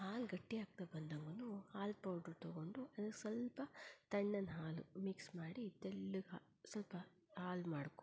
ಹಾಲು ಗಟ್ಟಿಯಾಗ್ತಾ ಬಂದವನ್ನು ಹಾಲು ಪೌಡ್ರ್ ತೊಗೊಂಡು ಅದಕ್ಕೆ ಸ್ವಲ್ಪ ತಣ್ಣನೆ ಹಾಲು ಮಿಕ್ಸ್ ಮಾಡಿ ತೆಳ್ಳಗೆ ಹಾ ಸ್ವಲ್ಪ ಹಾಲು ಮಾಡಿಕೊಂಡು